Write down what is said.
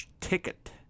ticket